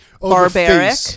Barbaric